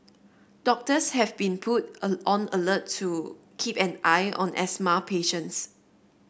doctors have been put a on alert to keep an eye on asthma patients